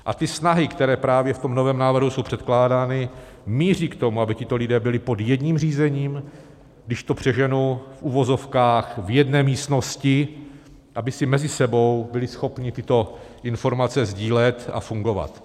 A ty snahy, které právě v tom novém návrhu jsou předkládány, míří k tomu, aby tito lidé byli pod jedním řízením, když to přeženu, v uvozovkách v jedné místnosti, aby si mezi sebou byli schopni tyto informace sdílet a fungovat.